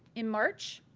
in march,